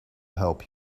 help